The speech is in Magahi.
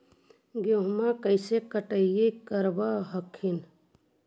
गेहुमा कैसे कटाई करब हखिन?